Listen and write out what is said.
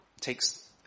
takes